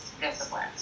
discipline